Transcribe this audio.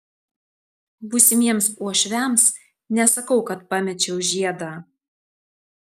būsimiems uošviams nesakau kad pamečiau žiedą